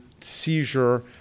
seizure